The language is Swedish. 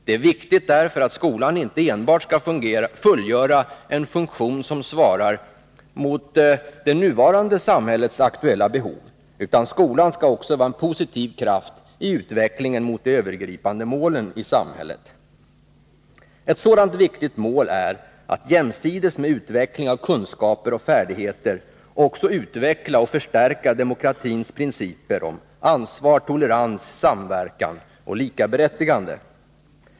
Det är viktigt därför att skolan inte enbart skall fylla en funktion som svarar mot det nuvarande samhällets aktuella behov, utan den skall också vara en positiv kraft i utvecklingen mot de övergripande målen i samhället. Ett sådant viktigt mål är att jämsides med utveckling av kunskaper och färdigheter också utveckla och förstärka demokratins principer om ansvar, tolerans, samverkan och likaberättigande.